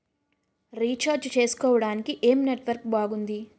Recharge చేసుకోవటానికి ఏం network బాగుంది?